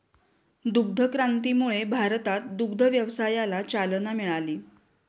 दुग्ध क्रांतीमुळे भारतात दुग्ध व्यवसायाला चालना मिळाली